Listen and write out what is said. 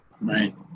Right